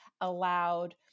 allowed